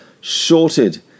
shorted